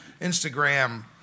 Instagram